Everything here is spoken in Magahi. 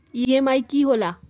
ई.एम.आई की होला?